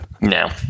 No